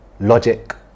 logic